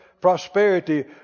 prosperity